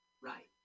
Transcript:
Right